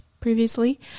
previously